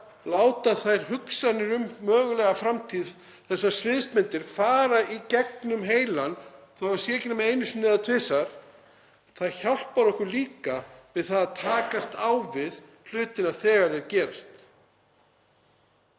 láta hugsanir um mögulega framtíð, þessar sviðsmyndir, fara í gegnum heilann þótt það væri ekki nema einu sinni eða tvisvar — það hjálpar okkur líka við það að takast á við hlutina þegar þeir gerast.